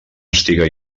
estiga